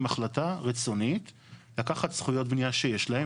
החלטה רצונית לקחת זכויות בנייה שיש להם.